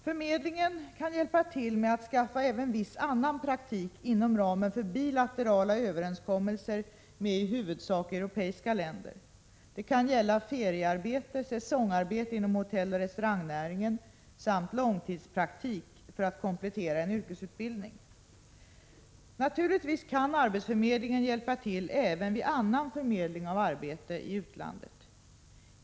Förmedlingen kan hjälpa till med att skaffa även viss annan praktik inom ramen för bilaterala överenskommelser med i huvudsak europeiska länder. Det kan gälla feriearbete, säsongsarbete inom hotelloch restaurangnäringen samt långtidspraktik för att komplettera en yrkesutbildning. Naturligtvis kan arbetsförmedlingen hjälpa till även vid annan förmedling av arbete i utlandet.